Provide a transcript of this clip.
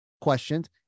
questions